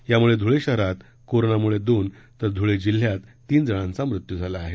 यामुळे धुळे शहरात कोरोनामुळे दोन तर धुळे जिल्ह्यात तीन जणांचा मृत्यू झाला आहे